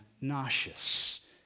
nauseous